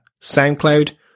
SoundCloud